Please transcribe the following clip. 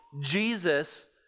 Jesus